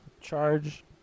charge